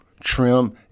trim